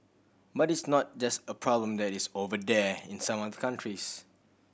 but it's not just a problem that is 'over there' in some other countries